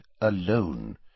alone